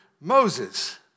Moses